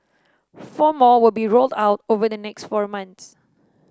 four more will be rolled out over the next four months